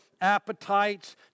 appetites